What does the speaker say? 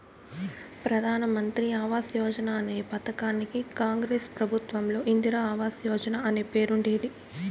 ప్రధాన్ మంత్రి ఆవాస్ యోజన అనే ఈ పథకానికి కాంగ్రెస్ ప్రభుత్వంలో ఇందిరా ఆవాస్ యోజన అనే పేరుండేది